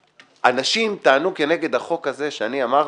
שאנשים טענו כנגד החוק הזה שאני אמרתי,